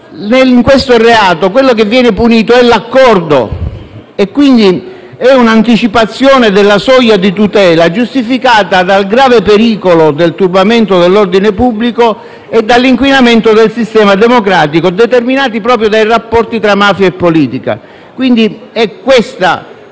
in questo reato quello che viene punito è l'accordo stesso. Quindi si tratta di un'anticipazione della soglia di tutela, giustificata dal grave pericolo del turbamento dell'ordine pubblico e dall'inquinamento del sistema democratico, determinati proprio dai rapporti tra mafia e politica. Quindi, è questo